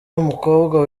w’umukobwa